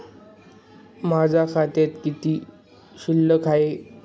माझ्या खात्यात किती शिल्लक आहे?